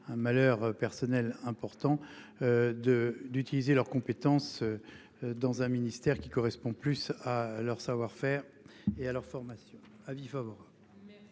un malheur personnel important. De d'utiliser leurs compétences. Dans un ministère qui correspond plus à leur savoir-faire et à leur formation à vif. Sur le